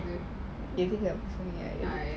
ya lah